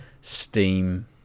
Steam